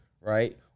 right